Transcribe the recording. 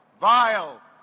vile